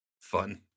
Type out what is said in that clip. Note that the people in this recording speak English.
fun